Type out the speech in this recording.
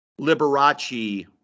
Liberace